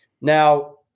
Now